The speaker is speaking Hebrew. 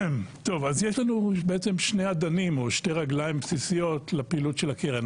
אז יש לנו שני אדנים או שתי רגליים בסיסיות לפעילות של הקרן.